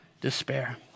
despair